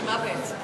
שמה בעצם?